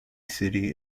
city